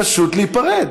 פשוט להיפרד.